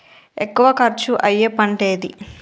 ఎక్కువ ఖర్చు అయ్యే పంటేది?